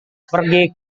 pergi